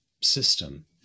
system